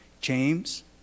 James